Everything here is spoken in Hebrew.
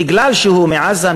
בגלל שהוא מעזה,